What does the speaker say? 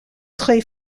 très